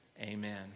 Amen